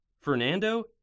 Fernando